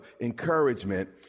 encouragement